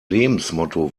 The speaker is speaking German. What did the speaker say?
lebensmotto